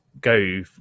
go